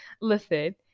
listen